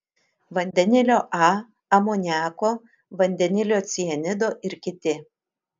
vandenilio a amoniako vandenilio cianido ir kiti